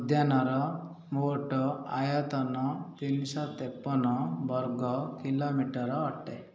ଉଦ୍ୟାନର ମୋଟ ଆୟତନ ତିନି ଶହ ତେପନ ବର୍ଗ କିଲୋମିଟର ଅଟେ